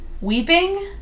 weeping